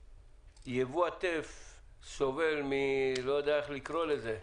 שיבוא הטף סובל, לא יודע איך לקרוא לזה,